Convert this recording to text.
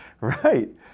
Right